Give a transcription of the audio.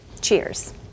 Cheers